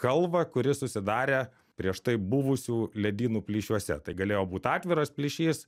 kalvą kuri susidarę prieš tai buvusių ledynų plyšiuose tai galėjo būt atviras plyšys